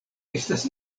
estas